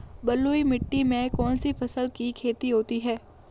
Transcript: बलुई मिट्टी में कौनसी फसल की खेती होती है?